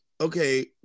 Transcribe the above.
okay